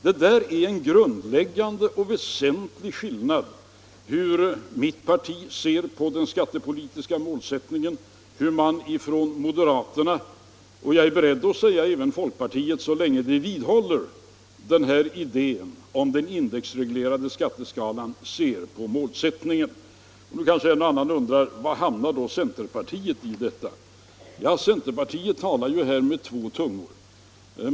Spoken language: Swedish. Där är det en grundläggande och väsentlig skillnad mellan hur mitt parti ser på den skattepolitiska målsättningen och hur moderata samlingspartiet — och jag är beredd att säga även folkpartiet, så länge man där vidhåller idén om den indexreglerade skatteskalan — ser på målsättningen. Nu kanske en och annan undrar var centerpartiet hamnar. Ja, centerpartiet talar i denna fråga med två tungor.